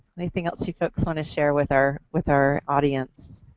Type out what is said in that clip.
anything else you folks want to share with our with our audience?